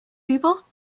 people